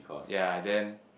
ya then